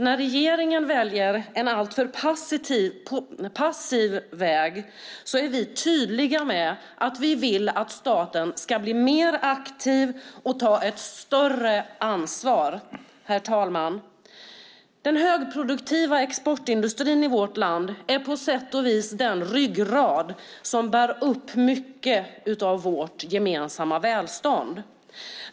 När regeringen väljer en alltför passiv väg är vi tydliga med att vi vill att staten ska bli mer aktiv och ta ett större ansvar. Herr talman! Den högproduktiva exportindustrin i vårt land är på sätt och vis den ryggrad som bär upp mycket av vårt gemensamma välstånd.